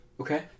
Okay